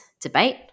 debate